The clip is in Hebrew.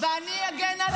אתם לקחתם את התקשורת.